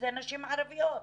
אלה נשים ערביות.